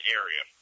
area